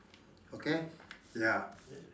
okay ya